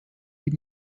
die